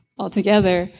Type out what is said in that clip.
altogether